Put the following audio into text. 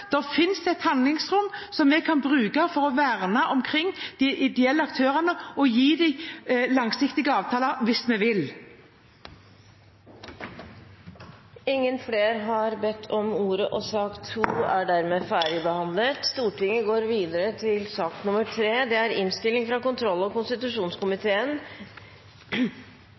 Da finnes det et handlingsrom som vi kan bruke til å verne om de ideelle aktørene og gi dem langsiktige avtaler hvis vi vil. Flere har ikke bedt om ordet til sak nr. 2. Denne saken dreier seg om at departementet burde grepet inn mot det